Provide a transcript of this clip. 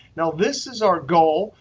now, this is our goal.